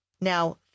Now